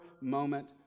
moment